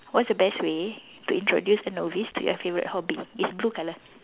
what's the best way to introduce a novice to your favorite hobby it's blue colour